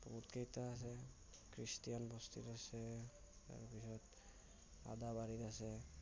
বহুতকেইটা আছে ক্ৰিষ্টিয়ান বস্তিত আছে তাৰপিছত আদাবাৰীত আছে